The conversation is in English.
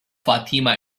fatima